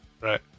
Right